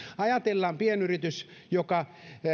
ajatellaan pienyritystä joka